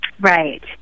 Right